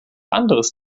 anderes